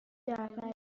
جعفری